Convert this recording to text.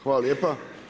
Hvala lijepa.